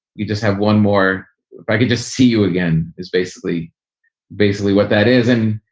you just have one more. if i could just see you again is basically basically what that is. and